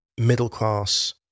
middle-class